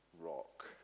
rock